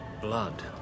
blood